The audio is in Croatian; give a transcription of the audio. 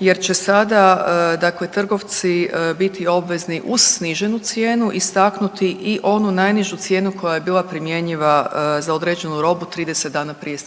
jer će sada dakle trgovci biti obvezni uz sniženu cijenu istaknuti i onu najnižu cijenu koja je bila primjenjiva za određenu robu 30 dana prije sniženja